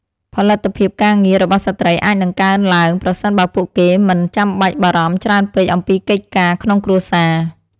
ផលិតភាពការងាររបស់ស្ត្រីអាចនឹងកើនឡើងប្រសិនបើពួកគេមិនចាំបាច់បារម្ភច្រើនពេកអំពីកិច្ចការក្នុងគ្រួសារ។